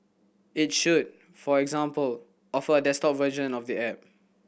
it should for example offer a desktop version of the app